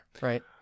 right